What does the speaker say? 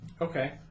Okay